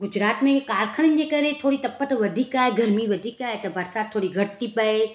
गुजरात मे कारखाननि जे करे थोरी तपत वधीक आहे ग़र्मी वधीक आहे त बरसाति थोरी घटि थी पए